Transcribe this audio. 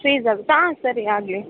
fees ಆಗುತ್ತಾ ಹಾಂ ಸರಿ ಆಗಲಿ